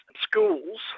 schools